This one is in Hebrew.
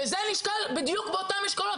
וזה נשקל באותן משקולות.